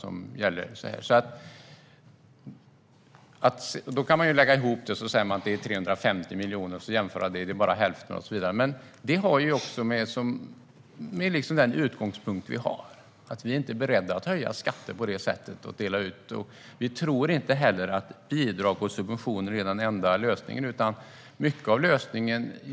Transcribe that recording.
Om vi lägger ihop det blir det 350 miljoner, vilket kan jämföras med regeringens budget. Det är då bara hälften och så vidare. Men det är den utgångspunkt vi har. Vi är inte beredda att höja skatter på det sättet som regeringen har gjort. Vi tror inte heller att bidrag och subventioner är de enda lösningarna.